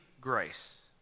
grace